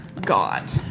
God